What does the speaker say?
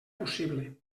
possible